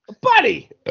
buddy